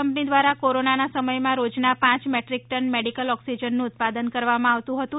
company દ્વારા કોરોનાનાં સમયમાં રોજના પાંચ મેટ્રીક ટન મેડીકલ ઓક્સિજનનું ઉત્પાદન કરવામાં આવતું હતું